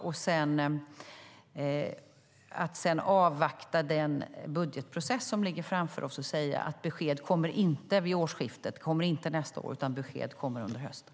Sedan handlar det om att avvakta den budgetprocess som ligger framför oss och att säga: Besked kommer inte vid årsskiftet, och det kommer inte nästa år, utan besked kommer under hösten.